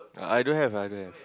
I don't have I don't have